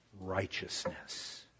righteousness